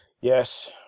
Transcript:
Yes